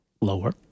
lower